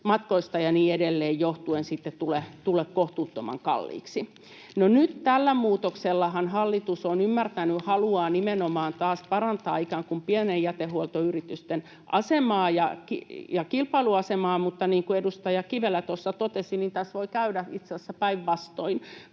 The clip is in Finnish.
ja niin edelleen johtuen sitten tule kohtuuttoman kalliiksi. No, nyt tällä muutoksellahan hallitus on ikään kuin ymmärtänyt ja haluaa nimenomaan taas parantaa pienten jätehuoltoyritysten asemaa ja kilpailuasemaa, mutta niin kuin edustaja Kivelä tuossa totesi, tässä voi käydä itse asiassa päinvastoin.